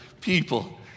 people